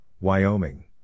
Wyoming